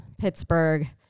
Pittsburgh